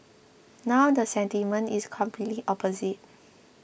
now the sentiment is completely opposite